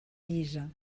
llisa